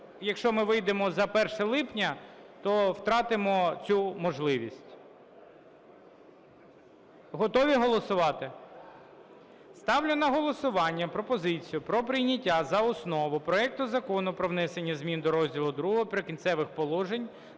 якщо ми вийдемо за 1 липня, то втратимо цю можливість. Готові голосувати? Ставлю на голосування пропозицію про прийняття за основу проекту Закону про внесення змін до розділу ІІ "Прикінцеві положення"